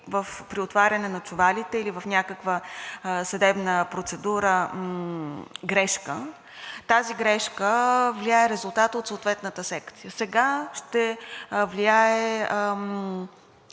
при отваряне на чувалите или в някаква съдебна процедура грешка, тази грешка влияе на резултата от съответната секция. Сега ще влияе